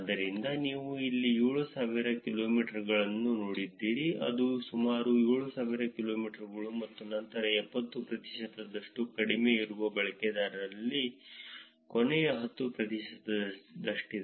ಆದ್ದರಿಂದ ನೀವು ಇಲ್ಲಿ 7000 ಕಿಲೋಮೀಟರ್ಗಳನ್ನು ನೋಡಿದ್ದರೆ ಅದು ಸುಮಾರು 7000 ಕಿಲೋಮೀಟರ್ಗಳು ಮತ್ತು ನಂತರ 70 ಪ್ರತಿಶತದಷ್ಟು ಕಡಿಮೆ ಇರುವ ಬಳಕೆದಾರರಲ್ಲಿ ಕೊನೆಯ 10 ಪ್ರತಿಶತದಷ್ಟಿದೆ